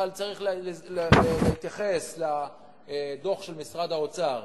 אבל צריך להתייחס לדוח של משרד האוצר,